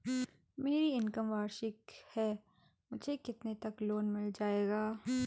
मेरी इनकम वार्षिक है मुझे कितने तक लोन मिल जाएगा?